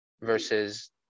versus